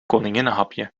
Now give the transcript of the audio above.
koninginnenhapje